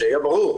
שיהיה ברור.